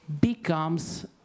becomes